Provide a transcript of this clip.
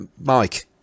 Mike